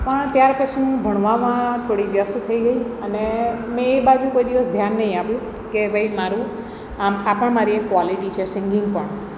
પણ ત્યાર પછી હું ભણવામાં થોડીક વ્યસ્ત થઈ ગઈ અને મેં એ બાજુ કોઈ દિવસ ધ્યાન ન આપ્યું કે ભાઈ મારું આમ આ પણ મારી એક કોલેટી છે સિંગિંગ પણ